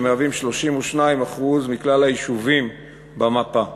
שהם 32% מכלל היישובים במפה.